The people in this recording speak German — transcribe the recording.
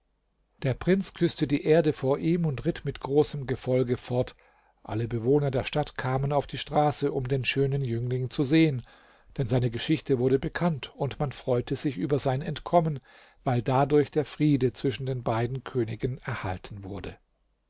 der prinz küßte die erde vor ihm und ritt mit großem gefolge fort alle bewohner der stadt kamen auf die straße um den schönen jüngling zu sehen denn seine geschichte wurde bekannt und man freute sich über sein entkommen weil dadurch der friede zwischen den beiden königen erhalten wurde